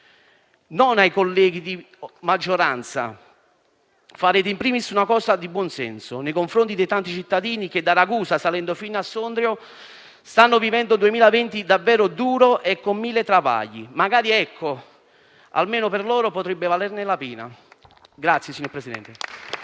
non ai colleghi di maggioranza: farete *in primis* una cosa di buon senso nei confronti dei tanti cittadini che, da Ragusa salendo fino a Sondrio, stanno vivendo un 2020 davvero duro e con mille travagli. Magari, ecco, almeno per loro potrebbe valerne la pena.